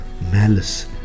malice